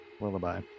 lullaby